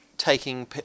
taking